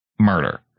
murder